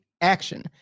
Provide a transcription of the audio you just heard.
action